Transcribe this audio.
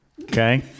Okay